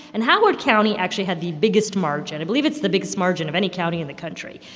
and howard county actually had the biggest margin. i believe it's the biggest margin of any county in the country.